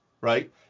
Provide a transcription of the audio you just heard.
right